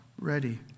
ready